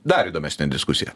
dar įdomesne diskusija